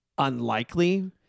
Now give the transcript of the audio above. unlikely